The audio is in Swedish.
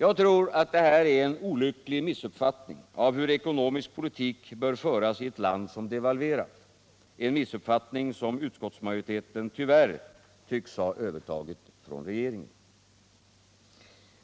Jag tror att detta är en olycklig missuppfattning av hur ekonomisk politik bör föras i ett land som devalverat, en missuppfattning som utskottsmajoriteten tyvärr tycks ha övertagit från regeringen.